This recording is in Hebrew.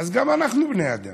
אז גם אנחנו בני אדם.